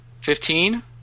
Fifteen